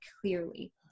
clearly